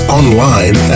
online